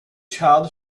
child